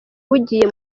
bugiye